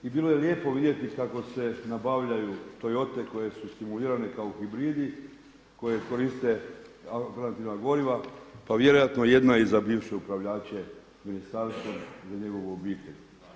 I bilo je lijepo vidjeti kako se nabavljaju Toyote koje su stimulirane kao hibridi koje koriste alternativna goriva pa vjerojatno jedna i za bivše upravljače ministarstvom za njegovu obitelj.